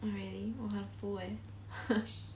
oh really I'm full eh